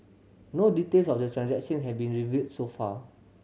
no details of the transaction have been revealed so far